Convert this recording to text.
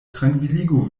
trankviligu